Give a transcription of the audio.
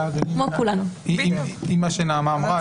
עם מה שנעמה אמרה,